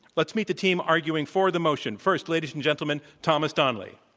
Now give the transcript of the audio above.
let's meet the team arguing for the motion. first, ladies and gentlemen, thomas donnelly.